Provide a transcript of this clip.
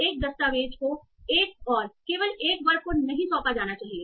एक दस्तावेज को 1 और केवल 1 वर्ग को नहीं सौंपा जाना चाहिए